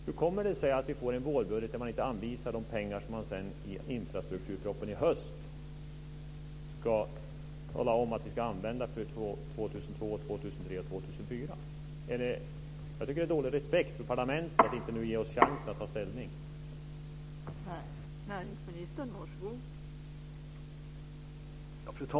Hur kommer det sig att det läggs fram en vårbudget där det inte anvisas de pengar som ska finnas till infrastrukturpropositionen i höst för åren 2002-2004? Det är dålig respekt för parlamentet att inte ge oss chansen att ta ställning i frågan.